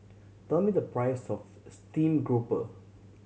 tell me the price of steamed grouper